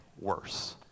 worse